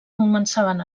començaven